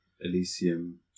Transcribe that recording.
Elysium